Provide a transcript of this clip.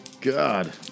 God